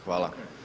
Hvala.